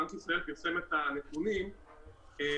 בנק ישראל פרסם את הנתונים בזמנו,